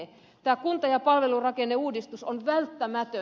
kunta ja palvelurakenneuudistus on välttämätön